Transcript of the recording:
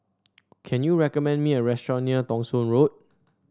can you recommend me a restaurant near Thong Soon Road